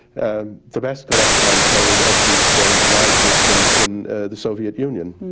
and the best collection i'm told of these films now exists and in the soviet union.